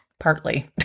Partly